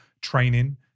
training